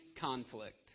conflict